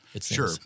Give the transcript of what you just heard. Sure